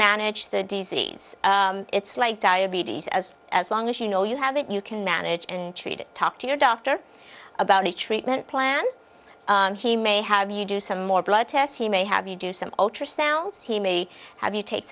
manage the disease it's like diabetes as as long as you know you have it you can manage and treat it talk to your doctor about the treatment plan he may have you do some more blood tests he may have you do some ultrasounds he may have you take